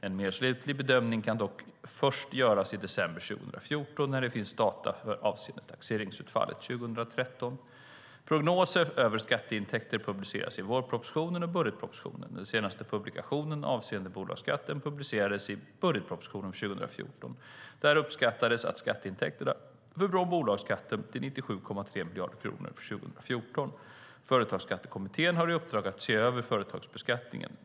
En mer slutlig bedömning kan dock först göras i december 2014 när det finns data avseende taxeringsutfallet 2013. Prognoser över skatteintäkter publiceras i vårpropositionen och budgetpropositionen. Den senaste publikationen avseende bolagsskatten publicerades i budgetpropositionen för 2014. Där uppskattades skatteintäkterna från bolagsskatten till 97,3 miljarder kronor för 2014. Företagsskattekommittén har i uppdrag att se över företagsbeskattningen.